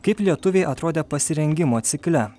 kaip lietuviai atrodė pasirengimo cikle